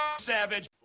Savage